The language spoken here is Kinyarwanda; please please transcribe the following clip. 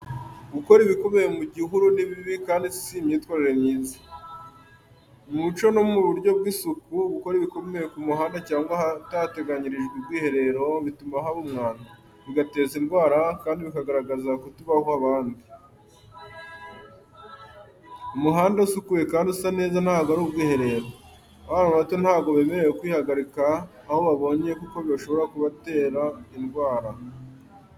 Gukora ibikomeye mu gihuru ni bibi kandi si imyitwarire myiza. Mu muco no mu buryo bw’isuku, gukora ibikomeye ku muhanda cyangwa ahatateganyirijwe ubwiherero bituma haba umwanda, bigateza indwara, kandi bikagaragaza kutubaha abandi. Umuhanda usukuye kandi usa neza ntago ari ubwiherero. Abana bato ntago nabo bemerewe kwihagarika aho babonye kuko bishobora kubatera indwara.